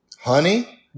Honey